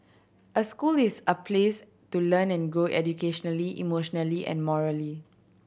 a school is a place to learn and grow educationally emotionally and morally